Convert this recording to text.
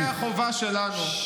חיילי החובה שלנו,